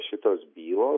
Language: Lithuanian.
šitos bylos